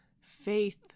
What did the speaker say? faith